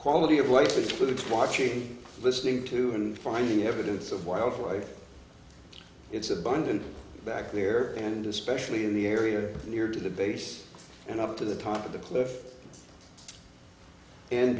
quality of life and for the watching listening to and finding evidence of wildlife it's abundant back here and especially in the area near to the base and up to the top of the cliff and